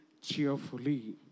cheerfully